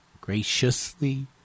graciously